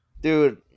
dude